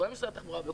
כולל משרד התחבורה,